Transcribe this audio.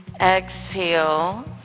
exhale